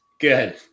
good